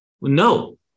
No